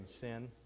sin